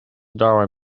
darwin